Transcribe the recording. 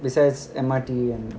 besides M_R_T and